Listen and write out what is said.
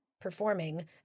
performing